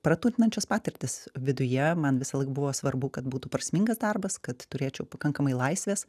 praturtinančios patirtys viduje man visąlaik buvo svarbu kad būtų prasmingas darbas kad turėčiau pakankamai laisvės